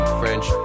french